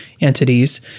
entities